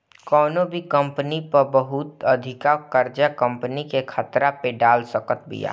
कवनो भी कंपनी पअ बहुत अधिका कर्जा कंपनी के खतरा में डाल सकत बिया